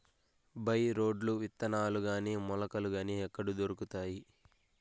By రోడ్లు విత్తనాలు గాని మొలకలు గాని ఎక్కడ దొరుకుతాయి?